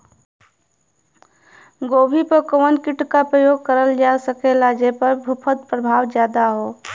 गोभी पर कवन कीट क प्रयोग करल जा सकेला जेपर फूंफद प्रभाव ज्यादा हो?